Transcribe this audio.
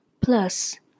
Plus